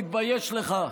תתבייש לך,